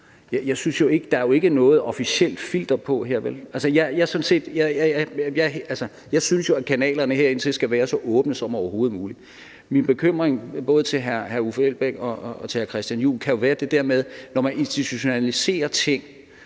synspunkter. Der er vel ikke noget officielt filter på. Jeg synes jo, at kanalerne herind til skal være så åbne som overhovedet muligt. Min bekymring – både sagt til hr. Uffe Elbæk og hr. Christian Juhl – kan jo være det der med, at når man institutionaliserer ting,